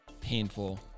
Painful